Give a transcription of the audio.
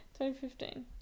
2015